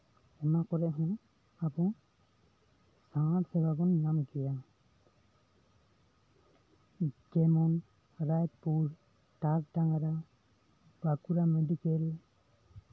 ᱚᱱᱟ ᱠᱚᱨᱮᱦᱚᱸ ᱟᱵᱚ ᱥᱟᱶᱟᱨ ᱥᱮᱵᱟ ᱵᱚᱱ ᱧᱟᱢ ᱜᱮᱭᱟ ᱡᱮᱢᱚᱱ ᱨᱟᱭᱯᱩᱨ ᱛᱟᱞᱰᱟᱝᱨᱟ ᱵᱟᱸᱠᱩᱲᱟ ᱢᱮᱰᱤᱠᱮᱞ